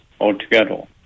altogether